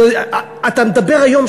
אתה מדבר היום,